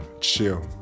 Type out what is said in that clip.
chill